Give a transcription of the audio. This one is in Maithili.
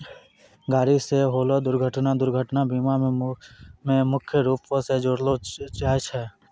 गाड़ी से होलो दुर्घटना दुर्घटना बीमा मे मुख्य रूपो से जोड़लो जाय छै